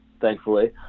thankfully